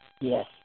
Yes